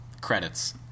credits